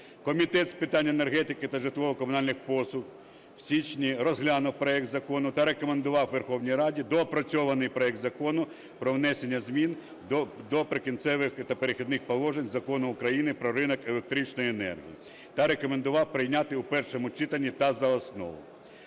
Комітет з питань енергетики та житлово-комунальних послуг в січні розглянув проект закону та рекомендував Верховній Раді доопрацьований проект Закону про внесення змін до "Прикінцевих та перехідних положень" Закону України "Про ринок електричної енергії" та рекомендував прийняти у першому читанні та за основу.